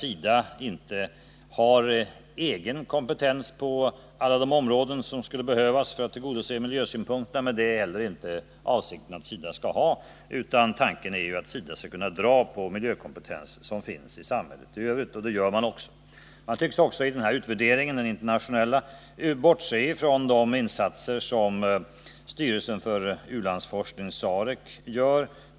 SIDA inte har egen kompetens på alla de områden som skulle behövas för att kunna tillgodose miljösynpunkterna, men det är heller inte avsikten. Tanken är i stället att SIDA skall kunna dra nytta av den miljökompetens som finns i samhället i övrigt — och det gör också SIDA. I denna internationella utvärdering tycks man också bortse från de insatser som beredningen för u-landsforskning, SAREC, gör.